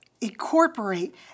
incorporate